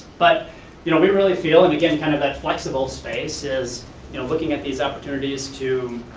but you know we really feel, and again kind of that flexible space, is you know looking at these opportunities to